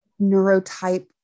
neurotype